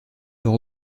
leur